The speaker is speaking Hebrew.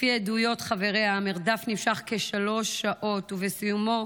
לפי עדויות חבריה, המרדף נמשך כשלוש שעות, ובסיומו